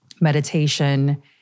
meditation